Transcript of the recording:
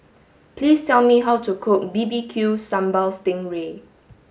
please tell me how to cook B B Q sambal sting ray